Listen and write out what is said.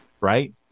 right